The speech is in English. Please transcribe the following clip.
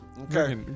Okay